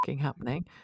happening